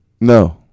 No